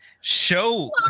show